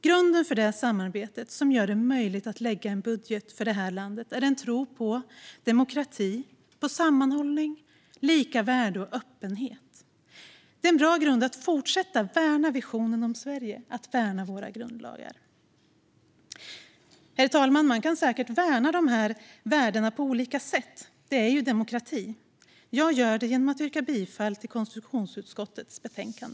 Grunden för samarbetet, som gör det möjligt att lägga fram en budget för detta land, är en tro på demokrati, på sammanhållning, på lika värde och på öppenhet. Det är en bra grund att fortsätta att värna visionen om Sverige och att värna våra grundlagar. Herr talman! Man kan säkert värna dessa värden på olika sätt - det är demokrati. Jag gör det genom att yrka bifall till konstitutionsutskottets förslag.